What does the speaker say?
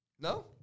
No